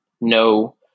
no